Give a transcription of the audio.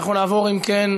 אם כן,